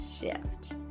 Shift